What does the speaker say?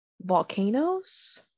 volcanoes